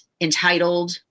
entitled